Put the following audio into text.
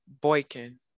Boykin